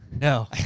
no